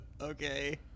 Okay